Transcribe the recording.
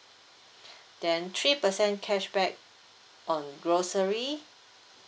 then three percent cashback on grocery